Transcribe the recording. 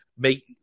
make